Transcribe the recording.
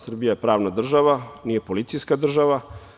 Srbija je pravna država, nije policijska država.